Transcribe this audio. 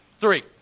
three